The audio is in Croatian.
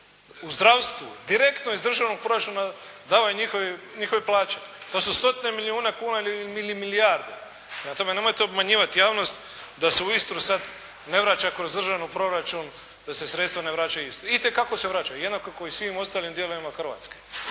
u zdravstvu direktno iz državnog proračuna davaju njihove plaće. To su stotine milijuna kuna ili milijarde. Prema tome, nemojte obmanjivati javnost da se u Istru sad ne vraća kroz državni proračun, da se sredstva ne vraćaju u Istru. Itekako se vraćaju, jednako kao i u svim ostalim dijelovima Hrvatske.